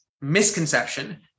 misconception